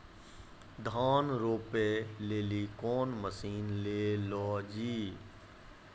धान रोपे लिली कौन मसीन ले लो जी?